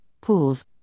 pools